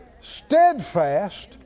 steadfast